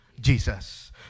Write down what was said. Jesus